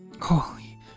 Holy